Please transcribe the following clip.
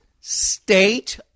State